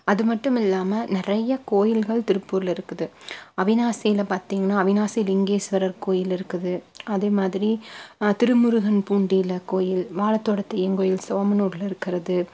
அது மட்டும் இல்லாமல் நிறைய கோயில்கள் திருப்பூர்ல இருக்குது அவினாசியில பார்த்திங்கன்னா அவினாசி லிங்கேஸ்வரர் கோயில் இருக்குது அதே மாதிரி திருமுருகன் பூண்டியில கோவில் வாழத்தோட்டத்து அய்யன் கோயில் சோமனூர்ல இருக்கிறது